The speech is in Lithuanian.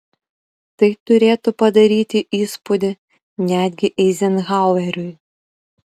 tai turėtų padaryti įspūdį netgi eizenhaueriui